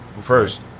First